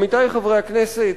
עמיתי חברי הכנסת,